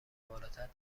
بالاتر